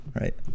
right